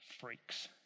freaks